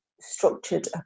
structured